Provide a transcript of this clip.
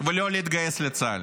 ולא להתגייס לצה"ל.